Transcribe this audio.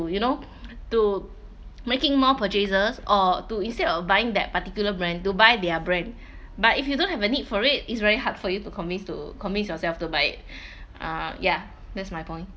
you know to making more purchases or to instead of buying that particular brand to buy their brand but if you don't have a need for it it's very hard for you to convince to convince yourself to buy it uh ya that's my point